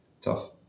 tough